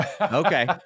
Okay